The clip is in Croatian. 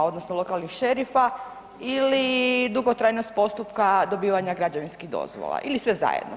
odnosno lokalnih šerifa ili dugotrajnost postupka dobivanja postupka građevinskih dozvola ili sve zajedno?